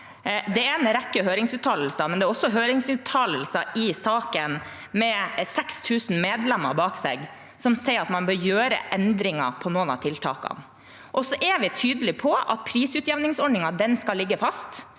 Det er en rekke høringsuttalelser, men det er også høringsuttalelser i denne saken som har 6 000 medlemmer bak seg, hvor det blir sagt at man bør gjøre endringer i noen av tiltakene. Vi er tydelig på at prisutjevningsordningen skal ligge fast.